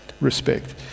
respect